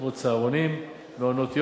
כמו צהרונים ומעונות-יום.